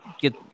get